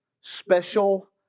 special